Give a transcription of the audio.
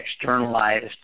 externalized